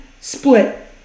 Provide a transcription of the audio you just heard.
split